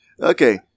Okay